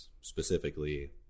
specifically